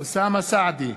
אוסאמה סעדי,